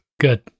Good